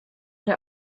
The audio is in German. der